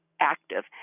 active